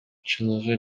чыныгы